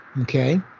Okay